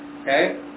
Okay